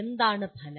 എന്താണ് ഫലം